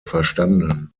verstanden